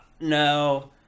no